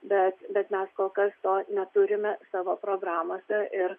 bet bet mes kol kas to neturime savo programose ir